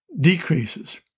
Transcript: decreases